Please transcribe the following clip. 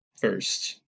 first